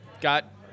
got